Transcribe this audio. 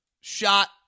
shot